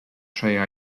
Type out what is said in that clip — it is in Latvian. šajā